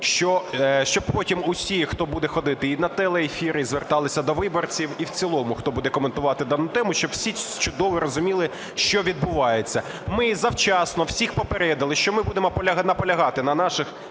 щоб потім всі хто буде ходити і на телеефіри, і зверталися до виборців, і в цілому хто буде коментувати дану тему, щоб всі чудово розуміли, що відбувається. Ми завчасно всіх попередили, що ми будемо наполягати на наших